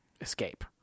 escape